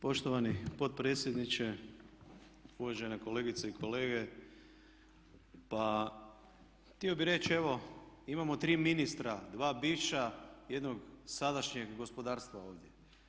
Poštovani potpredsjedniče, uvažene kolegice i kolege pa htio bih reći evo imamo tri ministra, dva bivša, jednog sadašnjeg gospodarstva ovdje.